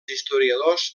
historiadors